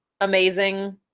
amazing